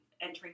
entering